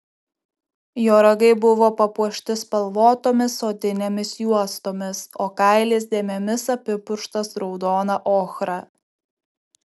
jo ragai buvo papuošti spalvotomis odinėmis juostomis o kailis dėmėmis apipurkštas raudona ochra